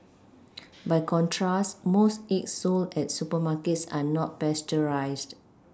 by contrast most eggs sold at supermarkets are not pasteurised